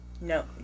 No